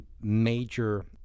major